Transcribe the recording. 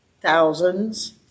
thousands